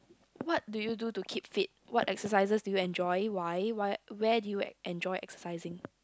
what do you do to keep fit what exercises do you enjoy why why where do you enjoy exercising